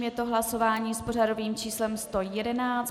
Je to hlasování s pořadovým číslem 111.